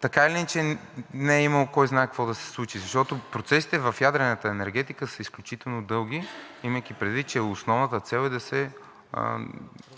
така или иначе не е имало кой знае какво да се случи, защото процесите в ядрената енергетика са изключително дълги, имайки предвид, че основната цел е да се